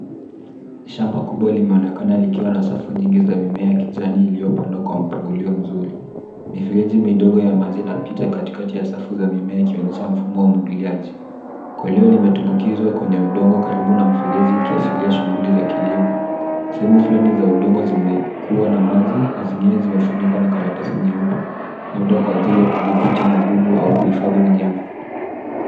Shamba kubwa limeonekana likiwa na safu nyingi za mimea ya kijani iliyopandwa kwa mpangilio mzuri. Mifereji midogo ya maji inapita katikati ya safu za mimea ikionyesha mfumo wa umwagiliaji. Koleo limetumbukizwa kwenye udongo karibu na mfereji ikiashiria shughuli za kilimo. Sehemu fulani za udongo zimekuwa na maji na zingine zimefunikwa na karatasi nyeupe labda kwa ajili ya kudhibiti magugu au kuhifadhi unyevu.